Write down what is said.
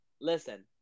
listen